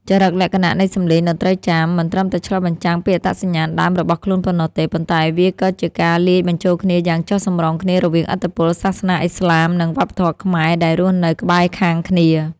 ចរិតលក្ខណៈនៃសម្លេងតន្ត្រីចាម មិនត្រឹមតែឆ្លុះបញ្ចាំងពីអត្តសញ្ញាណដើមរបស់ខ្លួនប៉ុណ្ណោះទេ ប៉ុន្តែវាក៏ជាការលាយបញ្ចូលគ្នាយ៉ាងចុះសម្រុងគ្នារវាងឥទ្ធិពលសាសនាឥស្លាម និងវប្បធម៌ខ្មែរដែលរស់នៅក្បែរខាងគ្នា។